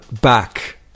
back